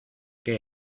que